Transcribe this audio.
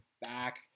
back